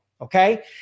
Okay